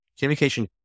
Communication